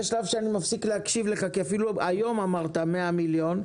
יש שלב שאני מפסיק להקשיב לך כי אפילו היום אמרת 100 מיליון,